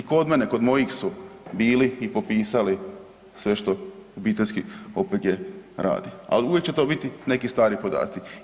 I kod mene, kod mojih su bili i popisali sve što obiteljski OPG radi, al uvijek će to biti neki stari podaci.